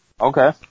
Okay